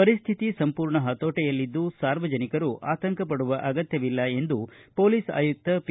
ಪರಿಸ್ಟಿತಿ ಸಂಪೂರ್ಣ ಹತೋಟಿಯಲ್ಲಿದ್ದು ಸಾರ್ವಜನಿಕರು ಆತಂಕ ಪಡುವ ಅಗತ್ಯವಿಲ್ಲ ಎಂದು ಪೋಲೀಸ್ ಆಯುಕ್ತ ಪಿ